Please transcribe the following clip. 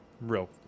Real